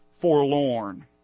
forlorn